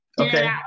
Okay